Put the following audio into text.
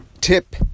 tip